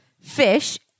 Fish